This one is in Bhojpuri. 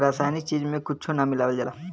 रासायनिक चीज में कुच्छो ना मिलावल जाला